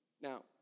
Now